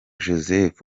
joseph